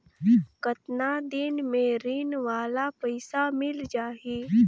कतना दिन मे ऋण वाला पइसा मिल जाहि?